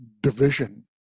division